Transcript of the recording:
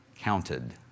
counted